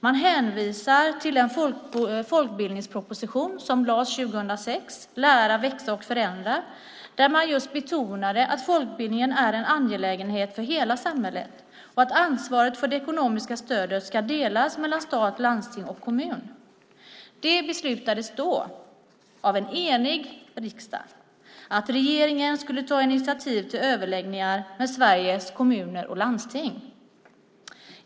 Man hänvisar till den folkbildningsproposition som lades fram 2006, Lära, växa och förändra , där det just betonades att folkbildningen är en angelägenhet för hela samhället och att ansvaret för det ekonomiska stödet ska delas mellan stat, landsting och kommun. Det beslutades då, av en enig riksdag, att regeringen skulle ta initiativ till överläggningar med Sveriges Kommuner och Landsting.